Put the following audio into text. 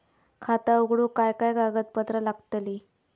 खाता उघडूक काय काय कागदपत्रा लागतली?